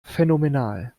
phänomenal